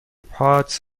pots